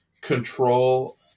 control